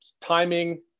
Timing